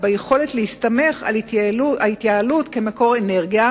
ביכולת להסתמך על ההתייעלות כמקור אנרגיה,